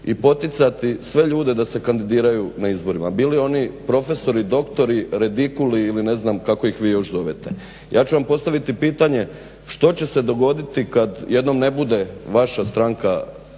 i poticati sve ljude da se kandidiraju na izborima, bili oni profesori, doktori, redikuli ili ne znam kako ih vi još zovete. Ja ću vam postaviti pitanje što će se dogoditi kad jednom ne bude vaša stranka